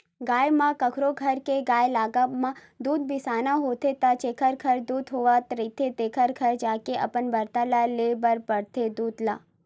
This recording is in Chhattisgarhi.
गाँव म कखरो घर के गाय लागब म दूद बिसाना होथे त जेखर घर दूद होवत रहिथे तेखर घर जाके अपन बरतन म लेय बर परथे दूद ल